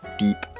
deep